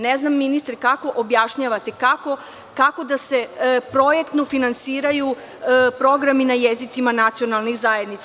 Ne znam, ministre, kako objašnjavate, kako da se projektno finansiraju programi na jezicima nacionalnih zajednica?